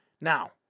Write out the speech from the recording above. Now